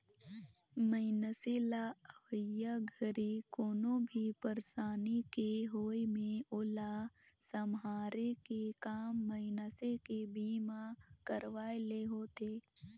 मइनसे ल अवइया घरी कोनो भी परसानी के होये मे ओला सम्हारे के काम मइनसे के बीमा करवाये ले होथे